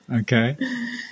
Okay